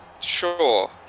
Sure